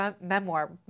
memoir